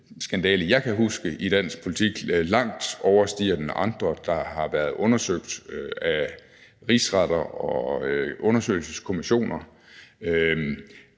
skandale, jeg kan huske i dansk politik, den overstiger langt andre, der har været undersøgt af rigsretter og undersøgelseskommissioner,